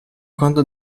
quanto